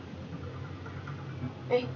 eh